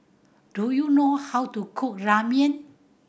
do you know how to cook Ramen